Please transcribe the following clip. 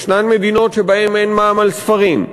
יש מדינות שבהן אין מע"מ על ספרים.